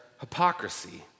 hypocrisy